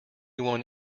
one